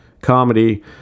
Comedy